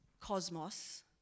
cosmos